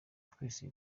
twese